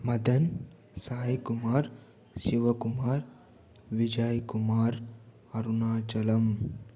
Madhan Saikumar Sivakumar Vijayakumar Arunachalam